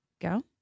Go